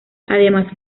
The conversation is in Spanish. además